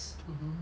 mmhmm